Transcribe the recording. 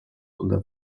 unter